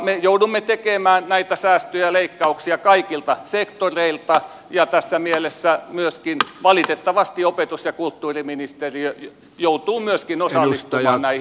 me joudumme tekemään näitä säästöjä ja leikkauksia kaikilta sektoreilta ja tässä mielessä valitettavasti myöskin opetus ja kulttuuriministeriö joutuu osallistumaan näihin talkoisiin